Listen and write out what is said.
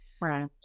Right